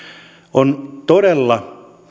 on todella